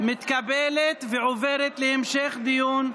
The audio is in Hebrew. התשפ"ב 2021,